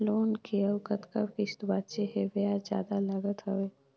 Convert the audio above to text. Loan के अउ कतका किस्त बांचें हे? ब्याज जादा लागत हवय,